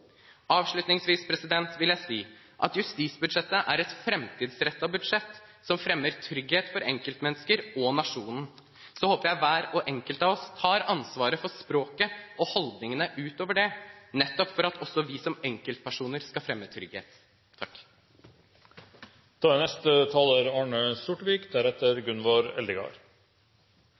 vil jeg si at justisbudsjettet er et framtidsrettet budsjett, som fremmer trygghet for enkeltmennesker og nasjonen. Så håper jeg hver og en av oss tar ansvaret for språket og holdningene utover det, nettopp for at også vi som enkeltpersoner skal fremme trygghet. For Fremskrittspartiet er